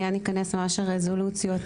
מיד ניכנס ממש לרזולוציות.